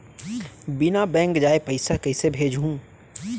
बिना बैंक जाये पइसा कइसे भेजहूँ?